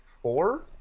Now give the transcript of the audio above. four